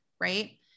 right